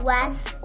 West